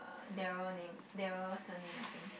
uh Darrel name Darrel surname I think